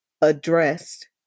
addressed